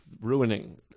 ruining